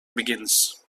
begins